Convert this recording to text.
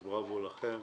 אז בראבו לכם.